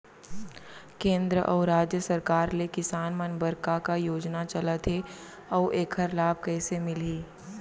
केंद्र अऊ राज्य सरकार ले किसान मन बर का का योजना चलत हे अऊ एखर लाभ कइसे मिलही?